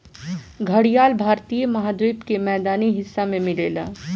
घड़ियाल भारतीय महाद्वीप के मैदानी हिस्सा में मिलेला